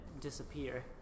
disappear